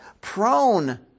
prone